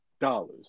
dollars